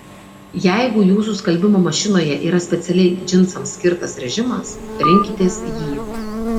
jeigu jūsų skalbimo mašinoje yra specialiai džinsams skirtas režimas rinkitės jį